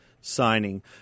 signing